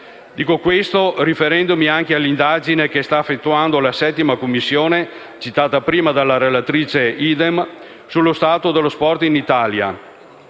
Dico questo riferendomi anche all'indagine che sta effettuando la 7a Commissione - citata prima dalla relatrice Idem - sullo stato dello sport in Italia,